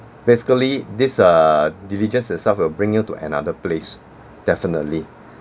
basically this uh diligence itself will bring you to another place definitely